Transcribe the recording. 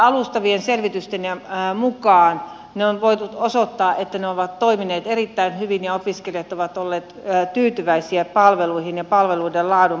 alustavien selvitysten mukaan on voitu osoittaa että ne ovat toimineet erittäin hyvin ja opiskelijat ovat olleet tyytyväisiä palveluihin ja palveluiden laadun parantamiseen